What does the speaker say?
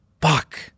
fuck